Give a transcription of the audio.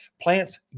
Plants